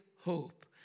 hope